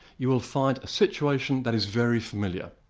you will find a situation that is very familiar.